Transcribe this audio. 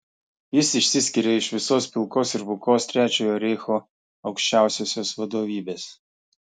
jis išsiskiria iš visos pilkos ir bukos trečiojo reicho aukščiausiosios vadovybės